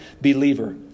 believer